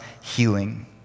healing